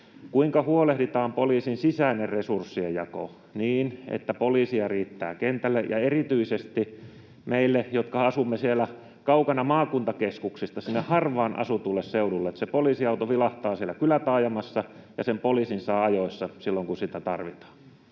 kuinka huolehditaan poliisin sisäinen resurssienjako niin, että poliiseja riittää kentälle ja erityisesti meille, jotka asumme siellä kaukana maakuntakeskuksista, sinne harvaan asutuille seuduille, niin että se poliisiauto vilahtaa siellä kylätaajamassa ja sen poliisin saa ajoissa, silloin kun sitä tarvitaan?